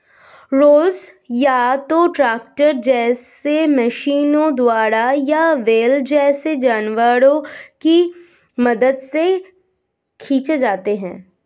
rollers या तो tractor जैसे मशीनों द्वारा या बैल जैसे जानवरों की मदद से खींचे जाते हैं